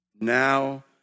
Now